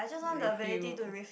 you refill